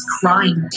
crying